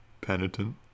penitent